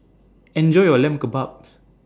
Enjoy your Lamb Kebabs